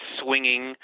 swinging